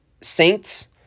saints